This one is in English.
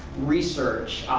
research,